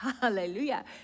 hallelujah